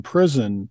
Prison